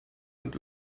und